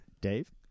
Dave